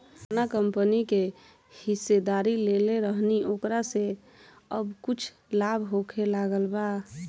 जावना कंपनी के हिस्सेदारी लेले रहनी ओकरा से अब कुछ लाभ होखे लागल बा